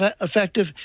effective